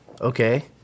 Okay